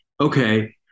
okay